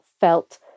felt